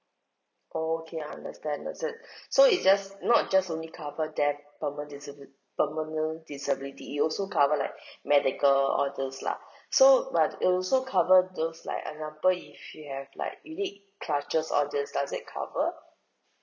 okay understand that's it so it just not just only cover death permanent dis~ permanent disability it also cover like medical all this lah so but it also cover those like example if you have like you need crutches all this does it cover